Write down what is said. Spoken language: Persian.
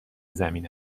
زمین